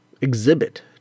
exhibit